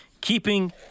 keeping